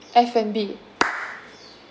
F&B